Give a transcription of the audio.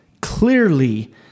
clearly—